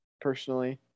personally